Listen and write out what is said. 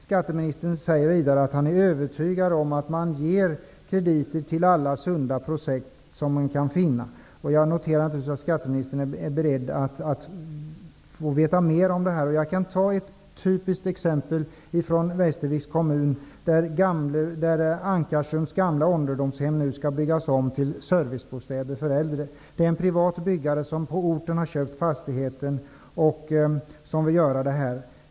Skatteministern säger vidare att han är övertygad om att man ger krediter till alla sunda projekt. Jag noterade att skatteministern också sade att han gärna vill veta mera om dessa. Jag kan ge ett typiskt exempel från Västerviks kommun. Där skall Ankarströms gamla ålderdomshem byggas om till servicebostäder för äldre. Det är en privat byggare som på orten har köpt fastigheten och vill göra detta jobb.